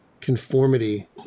conformity